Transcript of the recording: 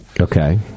Okay